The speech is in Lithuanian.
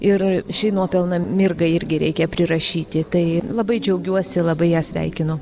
ir šį nuopelną mirgai irgi reikia prirašyti tai labai džiaugiuosi labai ją sveikinu